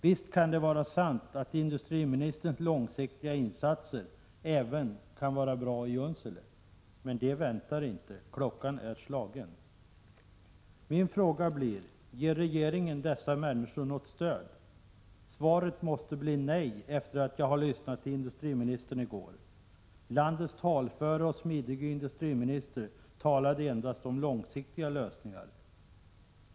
Visst kan industriministerns långsiktiga insatser vara bra även i Junsele, men junseleborna väntar inte. Klockan är slagen. Min fråga blir: Ger regeringen dessa människor något stöd? Efter att ha lyssnat till vad industriministern sade i går måste jag svara nej. Landets talföre och smidige industriminister talade endast om långsiktiga lösningar.